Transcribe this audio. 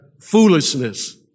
foolishness